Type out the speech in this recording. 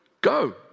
Go